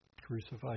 crucified